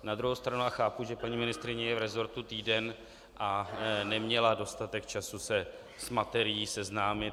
Na druhou stranu chápu, že paní ministryně je v resortu týden a neměla dostatek času se s materií seznámit.